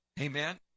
Amen